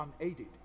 unaided